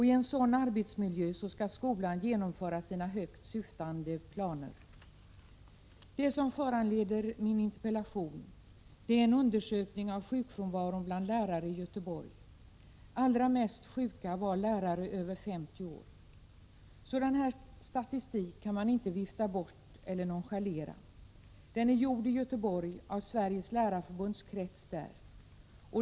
I en sådan arbetsmiljö skall skolan genomföra sina högt syftande planer. Min interpellation är föranledd av en undersökning av sjukfrånvaro bland lärare i Göteborg. Allra mest sjuka var lärare över 50 år. Sådan här statistik kan man inte vifta bort eller nonchalera. Den är gjord i Göteborg av Sveriges lärarförbunds krets där.